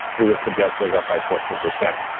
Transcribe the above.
your risk of death goes up by fourteen percent.